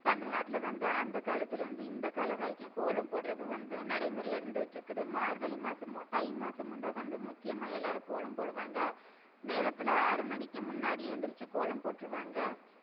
தமிழ்நாட்டில் வந்து அந்த காலத்தில் இருந்து இந்த காலம் வரைக்கும் கோலம் போடுறது வந்து நடைமுறையில் இருந்துகிட்டிருக்குது மார்கழி மாதமும் தை மாதமும் தான் வந்து முக்கியமாக எல்லாேரும் கோலம் போடுவாங்க நேரத்தில் ஆறு மணிக்கு முன்னாடி எழுந்திரிச்சி கோலம் போட்டுருவாங்க